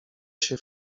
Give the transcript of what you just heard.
się